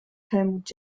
helmuth